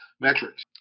metrics